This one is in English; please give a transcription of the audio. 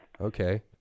Okay